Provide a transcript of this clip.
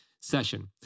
session